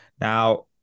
now